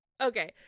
Okay